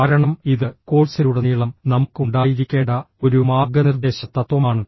കാരണം ഇത് കോഴ്സിലുടനീളം നമുക്ക് ഉണ്ടായിരിക്കേണ്ട ഒരു മാർഗ്ഗനിർദ്ദേശ തത്വമാണ്